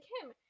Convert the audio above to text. Kim